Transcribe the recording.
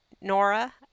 Nora